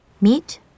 meet